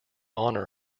honour